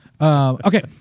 Okay